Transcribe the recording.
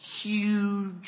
huge